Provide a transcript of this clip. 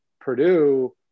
Purdue